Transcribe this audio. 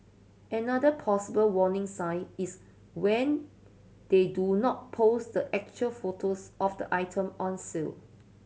another possible warning sign is when they do not post the actual photos of the item on sale